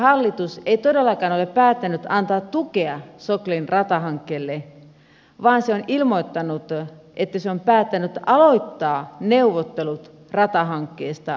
hallitus ei todellakaan ole päättänyt antaa tukea soklin ratahankkeelle vaan se on ilmoittanut että se on päättänyt aloittaa neuvottelut ratahankkeesta yaran kanssa